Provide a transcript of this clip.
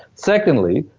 secondly,